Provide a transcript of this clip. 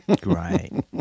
Great